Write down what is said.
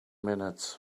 minutes